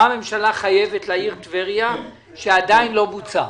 מה היא חייבת לעיר טבריה שעדיין לא בוצע.